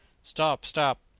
stop, stop!